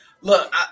Look